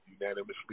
unanimously